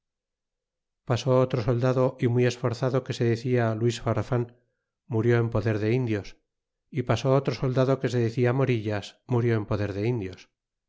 pasó otro soldado y muy esforzado que se decía luis farfan murió en poder de indios é pasó otro soldado que se decia morillas murió en poder de indios